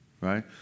right